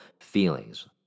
feelings